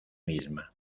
misma